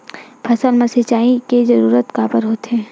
फसल मा सिंचाई के जरूरत काबर होथे?